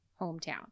hometown